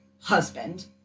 husband